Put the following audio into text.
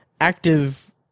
active